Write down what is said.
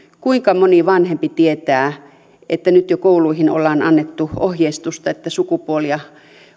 kuinka moni vanhempi tietää että nyt jo kouluihin ollaan annettu ohjeistusta että sukupuolia